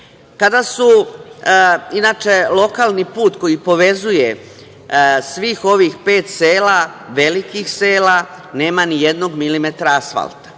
delu. Inače, lokalni put koji povezuje svih ovih pet sela, velikih, nema nijednog milimetra asfalta.